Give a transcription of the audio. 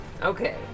Okay